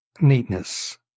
neatness